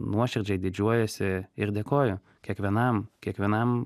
nuoširdžiai didžiuojuosi ir dėkoju kiekvienam kiekvienam